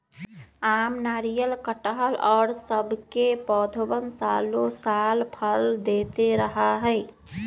आम, नारियल, कटहल और सब के पौधवन सालो साल फल देते रहा हई